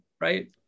right